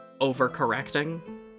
overcorrecting